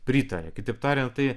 pritarė kitaip tariant tai